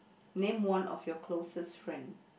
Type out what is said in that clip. name one of your closest friend